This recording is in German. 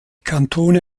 kantone